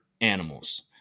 animals